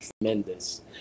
tremendous